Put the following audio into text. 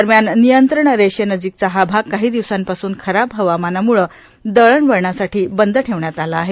दरम्यान नियंत्रण रेषेनजिकचा हा भाग काही दिवसांपासून खराब हवामानामुळं दळणवळणासाठी बंद ठेवण्यात आला आहे